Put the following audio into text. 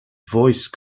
voice